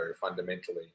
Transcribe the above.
fundamentally